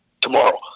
tomorrow